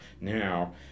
now